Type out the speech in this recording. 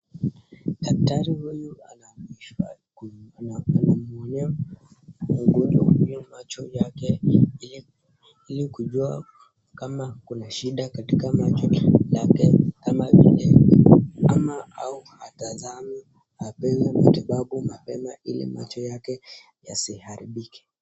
Daktari huyu anamwonea mgonjwa macho yake ili kujua kama kuna shida katika macho yake ama au hatazami apewe matibabu mapema ili macho yake yasiharibike.